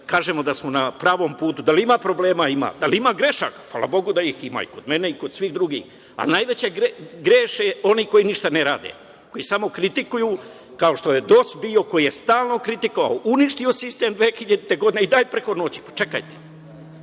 kažemo da smo na pravom putu. Da li ima problema? Ima. Da li ima grešaka? Hvala Bogu da ih ima, i kod mene i kod svih drugih, ali najviše greše oni koji ništa ne rade, koji samo kritikuju, kao što je DOS bio koji je stalno kritikovao, uništio sistem 2000. godine i, daj, preko noći. Čekajte,